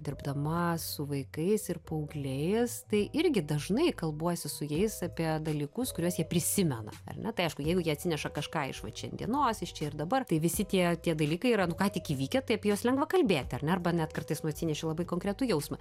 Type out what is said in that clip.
dirbdama su vaikais ir paaugliais tai irgi dažnai kalbuosi su jais apie dalykus kuriuos jie prisimena ar ne tai aišku jeigu jie atsineša kažką iš vat šiandienos iš čia ir dabar tai visi tie tie dalykai yra nu ką tik įvykę tai apie juos lengva kalbėti ar ne arba net kartais nu atsineši labai konkretų jausmą